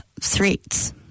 threats